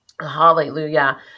Hallelujah